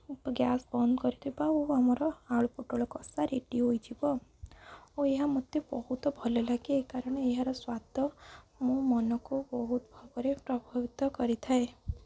gas ବନ୍ଦ କରିଦେବା ଓ ଆମର ଆଳୁ ପୋଟଳ କଷା ରେଡ଼ି ହୋଇଯିବ ଓ ଏହା ମୋତେ ବହୁତ ଭଲ ଲାଗେ କାରଣ ଏହାର ସ୍ୱାଦ ମୋ ମନକୁ ବହୁତ ଭାବରେ ପ୍ରଭାବିତ କରିଥାଏ